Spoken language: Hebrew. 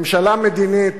ממשלה מדינית,